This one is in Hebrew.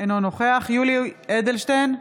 אינו נוכח יולי יואל אדלשטיין,